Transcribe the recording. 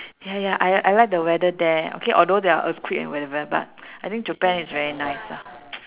ya ya I I like the weather there okay although there are earthquake and whatever but I think japan is very nice ah